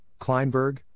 Kleinberg